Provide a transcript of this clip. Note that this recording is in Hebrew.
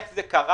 איך זה קרה,